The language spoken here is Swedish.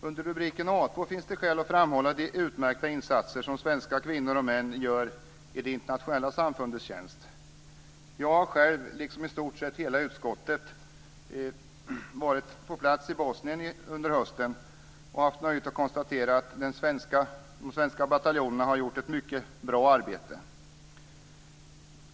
Under rubriken A2 finns det skäl att framhålla de utmärkta insatser som svenska kvinnor och män gör i det internationella samfundets tjänst. Jag har själv, liksom i stort sett hela utskottet, varit på plats i Bosnien under hösten och haft möjlighet att konstatera att de svenska bataljonerna har gjort ett mycket bra arbete.